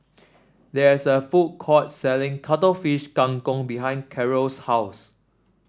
there is a food court selling Cuttlefish Kang Kong behind Karel's house